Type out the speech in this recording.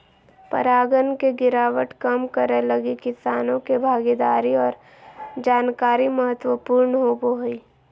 परागण के गिरावट कम करैय लगी किसानों के भागीदारी और जानकारी महत्वपूर्ण होबो हइ